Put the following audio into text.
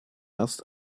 erst